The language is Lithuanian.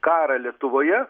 karą lietuvoje